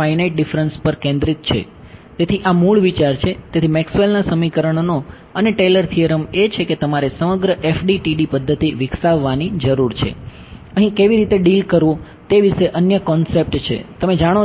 હલ કરો છો